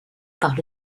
par